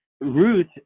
Ruth